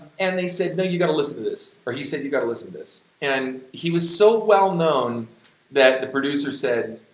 and they said, no, you gotta listen to this! or he said, you gotta listen to this! and he was so well-known that the producer said,